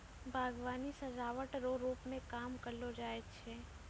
बागवानी सजाबट रो रुप मे काम करलो जाय छै